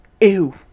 Ew